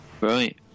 Right